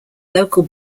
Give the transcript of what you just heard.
local